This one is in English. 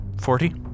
Forty